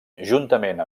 juntament